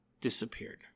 disappeared